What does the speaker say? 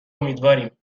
امیدواریم